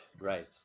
right